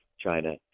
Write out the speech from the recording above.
China